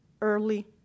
early